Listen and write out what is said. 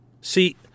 See